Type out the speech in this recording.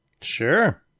Sure